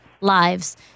lives